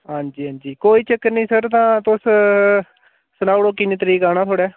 हां जी हां जी कोई चक्कर नी सर तां तुस सनाई ओड़ो किन्नी तरीक आना थोआढ़ै